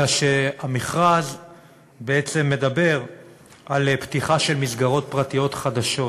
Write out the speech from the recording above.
אלא שהמכרז בעצם מדבר על פתיחה של מסגרות פרטיות חדשות